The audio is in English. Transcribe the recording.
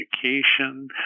communication